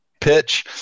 pitch